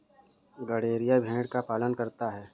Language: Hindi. गड़ेरिया भेड़ का पालन करता है